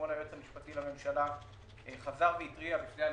אתמול חזר והתריע היועץ המשפטי לממשלה בפני הממשלה,